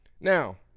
Now